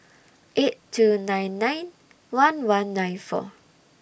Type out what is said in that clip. eight two nine nine one one nine four